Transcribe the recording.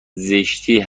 زشتی